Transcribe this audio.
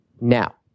Now